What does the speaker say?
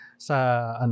Sa